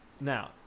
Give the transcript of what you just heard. Now